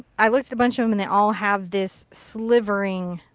i looked at a bunch of them and they all have this slivering.